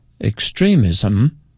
extremism